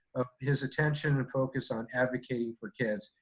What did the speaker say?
his attention and focus on advocating for kids.